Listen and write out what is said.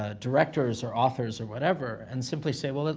ah directors or authors or whatever, and simply say well,